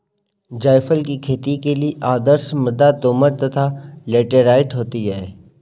जायफल की खेती के लिए आदर्श मृदा दोमट तथा लैटेराइट होती है